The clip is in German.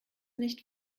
nicht